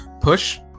push